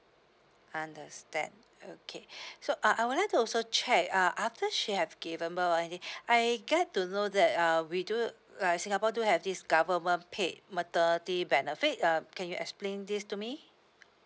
understand okay so uh I would like to also check uh after she have given birth or anything I get to know that uh we do like singapore do have this government paid maternity benefit uh can you explain this to me